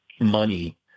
money